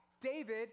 David